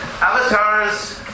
avatars